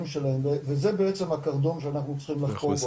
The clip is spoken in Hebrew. שלהם וזה בעצם הקרדום שאנחנו צריכים לחקור אותו,